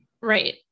Right